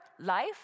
life